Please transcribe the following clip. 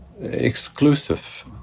exclusive